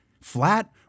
Flat